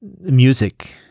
music